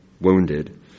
wounded